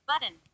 button